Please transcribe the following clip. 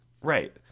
right